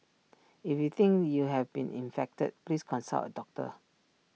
if you think you have been infected please consult A doctor